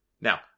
Now